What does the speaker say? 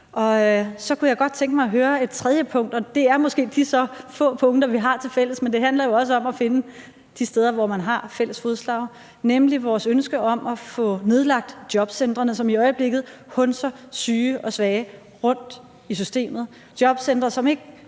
Så kunne jeg godt tænke mig at høre om et tredje punkt, og det er måske et af de få punkter, vi har tilfælles – men det handler jo også om at finde de steder, hvor man har fælles fodslag – nemlig vores ønske om at få nedlagt jobcentrene, som i øjeblikket koster de syge og svage rundt i systemet. Det er jobcentre, som ikke